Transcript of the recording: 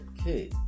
okay